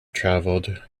traveled